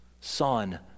son